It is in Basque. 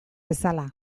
bezala